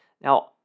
Now